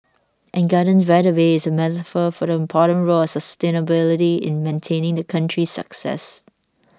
and Gardens by the Bay is a metaphor for the important role of sustainability in maintaining the country's success